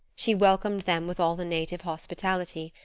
she welcomed them with all the native hospitality,